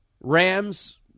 Rams